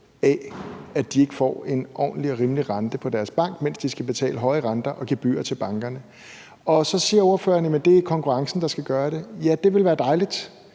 at de ikke får en ordentlig og rimelig rente på deres bankkonto, mens de skal betale høje renter og gebyrer til bankerne. Så siger ordføreren, at det er konkurrencen, der skal gøre det. Ja, det ville være dejligt.